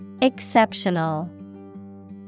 Exceptional